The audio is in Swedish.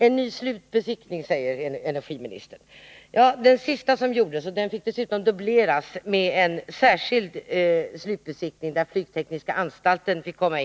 En ny slutbesiktning skall göras, säger energiministern. Den sista som gjordes fick dubbleras genom en särskild slutbesiktning, där flygtekniska anstalten medverkade.